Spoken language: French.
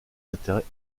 intérêt